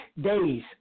days